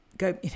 go